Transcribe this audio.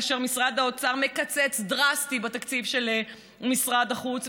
משרד האוצר מקצץ דרסטית בתקציב של משרד החוץ.